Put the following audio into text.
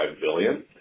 billion